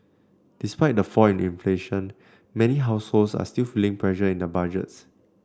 despite the fall in inflation many households are still feeling pressure in the budgets